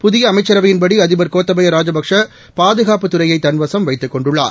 புதியஅமைச்சரவையின்படி அதிபர் கோத்தபயராஜபக்சே பாதுகாப்பு துறையைதன்வசம் வைத்துக் கொண்டுள்ளார்